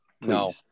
No